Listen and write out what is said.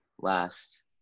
last